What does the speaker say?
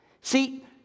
See